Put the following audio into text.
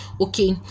okay